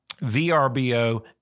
VRBO